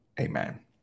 amen